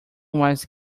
was